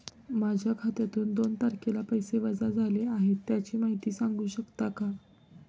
माझ्या खात्यातून दोन तारखेला पैसे वजा झाले आहेत त्याची माहिती सांगू शकता का?